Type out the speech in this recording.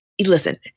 listen